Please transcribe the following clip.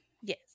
Yes